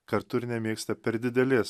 kartu ir nemėgsta per didelės